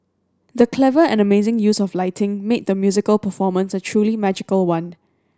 the clever and amazing use of lighting made the musical performance a truly magical one